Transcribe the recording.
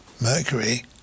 Mercury